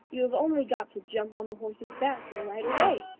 you have only got to jump on the horse's back and ride away,